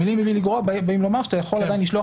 המילים מבלי לגרוע באות לומר שאתה יכול לשלוח